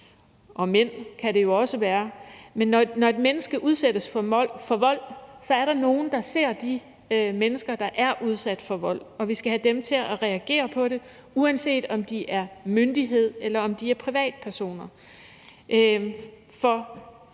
mænd, som det jo også kan være. Altså, når mennesker udsættes for vold, er der nogle, der ser de mennesker, der er udsat for vold, og vi skal have dem til at reagere på det, uanset om det er myndighedspersoner, eller om det er privatpersoner.